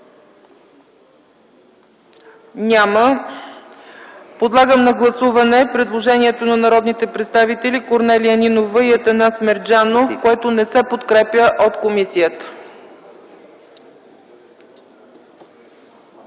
Няма. Подлагам на гласуване предложението на народните представители Корнелия Нинова и Атанас Мерджанов, което комисията